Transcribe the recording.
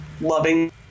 loving